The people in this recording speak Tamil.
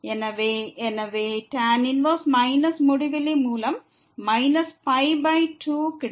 எனவே எனவே tan 1 மைனஸ் முடிவிலி மூலம் மைனஸ் பை 2 கிடைக்கும்